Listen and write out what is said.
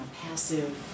passive